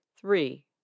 Three